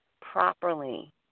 properly